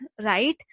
right